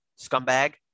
scumbag